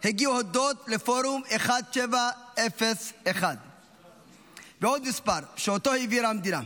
הגיעו הודות לפורום 1701. עוד מספר שאותו העבירה המדינה: